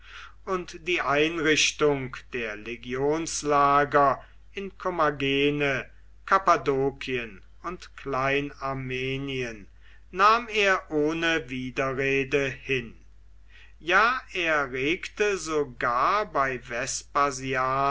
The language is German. und die einrichtung der legionslager in kommagene kappadokien und klein armenien nahm er ohne widerrede hin ja er regte sogar bei